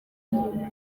umuntu